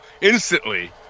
instantly